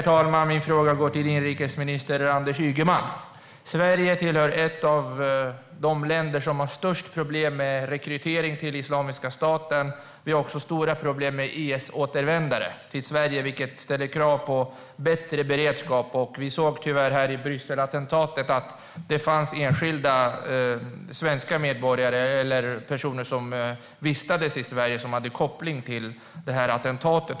Herr talman! Min fråga går till inrikesminister Anders Ygeman. Sverige är ett av de länder som har störst problem med rekrytering till Islamiska staten. Vi har också stora problem med IS-återvändare. Det ställer krav på bättre beredskap. I samband med Brysselattentatet fanns det tyvärr enskilda svenska medborgare eller personer som vistades i Sverige som hade kopplingar till attentatet.